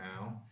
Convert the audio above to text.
now